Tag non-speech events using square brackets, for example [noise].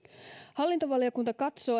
hallintovaliokunta katsoo [unintelligible]